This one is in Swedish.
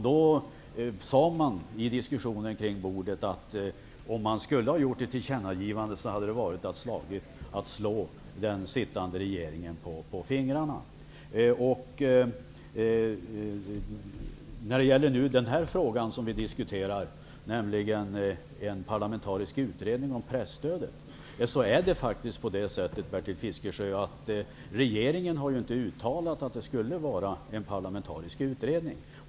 Då sade man i diskussionen kring bordet att om man skulle göra ett tillkännagivande, vore det som att slå den sittande regeringen på fingrarna. När det gäller den fråga som vi nu diskuterar, nämligen en parlamentarisk utredning om presstödet, är det faktiskt så, Bertil Fiskesjö, att regeringen inte har uttalat att det skall göras en parlamentarisk utredning.